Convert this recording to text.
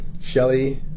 Shelly